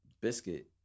biscuit